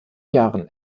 jahren